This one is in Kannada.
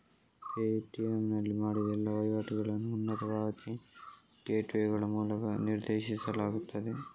ಪೇಟಿಎಮ್ ನಲ್ಲಿ ಮಾಡಿದ ಎಲ್ಲಾ ವಹಿವಾಟುಗಳನ್ನು ಉನ್ನತ ಪಾವತಿ ಗೇಟ್ವೇಗಳ ಮೂಲಕ ನಿರ್ದೇಶಿಸಲಾಗುತ್ತದೆ